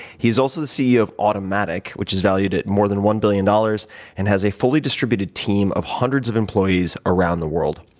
he's also the ceo of automattic, which is valued at more than one billion dollars and has a fully distributed team of hundreds of employees around the world.